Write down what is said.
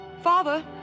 Father